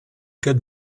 good